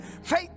Faith